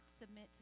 submit